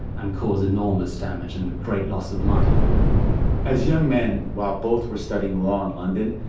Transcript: and cause enormous damage and great loss of life as young men, while both were studying law in london,